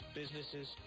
businesses